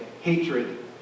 Hatred